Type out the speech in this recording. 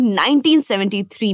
1973